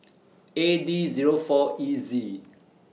A D Zero four E Z